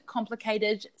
Complicated